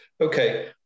Okay